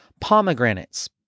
pomegranates